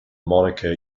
moniker